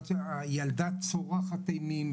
הילדה צורחת אימים,